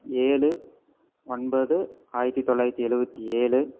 ஏழு ஒன்பது ஆயிரத்தி தொள்ளாயிரத்தி எழுபத்தி ஏழு